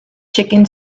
chicken